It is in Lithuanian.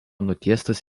nutiestas